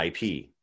IP